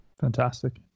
Fantastic